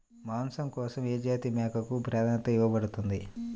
మాంసం కోసం ఏ జాతి మేకకు ప్రాధాన్యత ఇవ్వబడుతుంది?